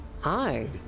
Hi